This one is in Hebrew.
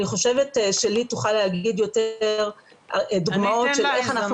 אני חושבת שלי תוכל להגיד יותר דוגמאות של איך אנחנו